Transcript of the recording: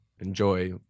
enjoy